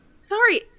Sorry